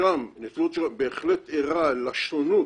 נציבות שירות המדינה בהחלט ערה לשונות